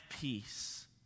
peace